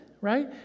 right